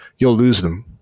you'll lose them.